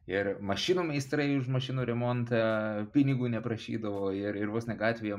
ir mašinų meistrai už mašinų remontą pinigų neprašydavo ir ir vos ne gatvėje